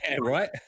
right